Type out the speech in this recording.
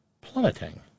Plummeting